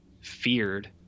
feared